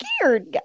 scared